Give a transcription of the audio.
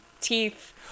teeth